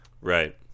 Right